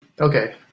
okay